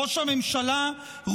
ראש הממשלה,